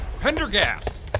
Pendergast